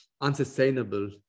unsustainable